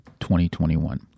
2021